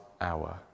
hour